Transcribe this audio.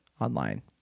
online